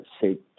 say